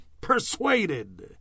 Persuaded